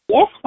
Yes